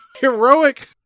heroic